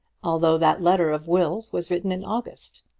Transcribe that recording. although that letter of will's was written in august,